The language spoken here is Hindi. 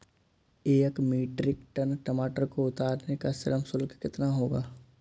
एक मीट्रिक टन टमाटर को उतारने का श्रम शुल्क कितना होगा?